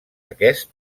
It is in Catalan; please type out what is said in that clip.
aquest